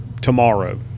tomorrow